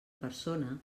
persona